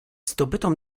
zdobytą